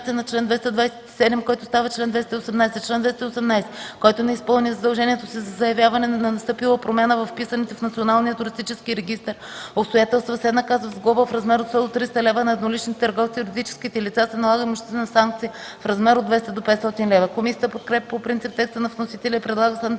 редакция на чл. 227, който става чл. 218: „Чл. 218. Който не изпълни задължението си за заявяване на настъпила промяна във вписаните в Националния туристически регистър обстоятелства, се наказва с глоба в размер от 100 до 300 лв., а на едноличните търговци и юридическите лица се налага имуществена санкция в размер от 200 до 500 лв.” Комисията подкрепя по принцип текста на вносителя и предлага следната